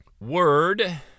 word